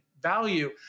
value